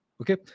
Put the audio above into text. Okay